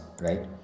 right